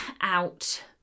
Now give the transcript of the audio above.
out